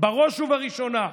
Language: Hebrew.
בראש ובראשונה,